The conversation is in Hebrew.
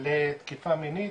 לתקיפה מינית